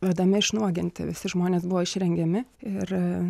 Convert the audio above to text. vedami išnuoginti visi žmonės buvo išrengiami ir